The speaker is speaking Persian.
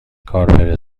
کار